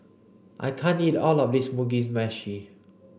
I can't eat all of this Mugi Meshi